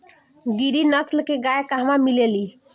गिरी नस्ल के गाय कहवा मिले लि?